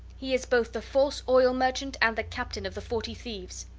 he is both the false oil merchant and the captain of the forty thieves.